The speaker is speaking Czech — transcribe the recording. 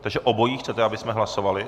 Takže obojí chcete, abychom hlasovali?